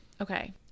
Okay